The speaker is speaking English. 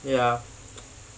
ya